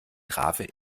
trave